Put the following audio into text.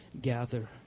gather